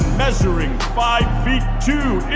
measuring five feet, two